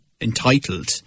entitled